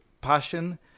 passion